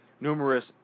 numerous